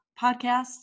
podcast